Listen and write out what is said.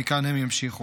ומכאן הם ימשיכו.